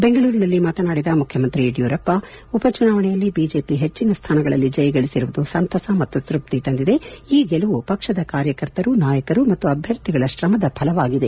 ಬೆಂಗಳೂರಿನಲ್ಲಿ ಮಾತನಾಡಿದ ಮುಖ್ಯಮಂತ್ರಿ ಯಡಿಯೂರಪ್ಪ ಉಪಚುನಾವಣೆಯಲ್ಲಿ ಬಿಜೆಪಿ ಹೆಚ್ಚಿನ ಸ್ಥಾನಗಳಲ್ಲಿ ಜಯ ಗಳಿಸಿರುವುದು ಸಂತಸ ಮತ್ತು ತೃಪ್ತಿ ತಂದಿದೆ ಈ ಗೆಲುವು ಪಕ್ಷದ ಕಾರ್ಯಕರ್ತರು ನಾಯಕರು ಮತ್ತು ಅಭ್ಯರ್ಥಿಗಳ ಶ್ರಮದ ಫಲವಾಗಿದೆ ಎಂದು ತಿಳಿಸಿದರು